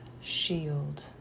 shield